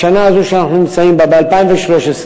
בשנה הזאת שאנחנו נמצאים בה, ב-2013,